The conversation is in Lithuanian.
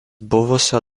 buvusio